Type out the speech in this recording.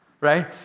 right